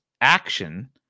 action